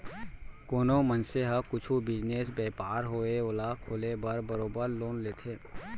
कोनो मनसे ह कुछु बिजनेस, बयपार होवय ओला खोले बर बरोबर लोन लेथे